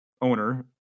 owner